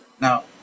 Now